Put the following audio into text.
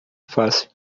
fácil